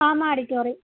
Bhama auditorium